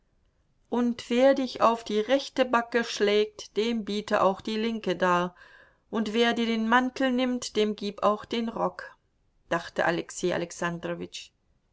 und wer dich auf die rechte backe schlägt dem biete auch die linke dar und wer dir den mantel nimmt dem gib auch den rock dachte alexei